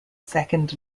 second